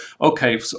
Okay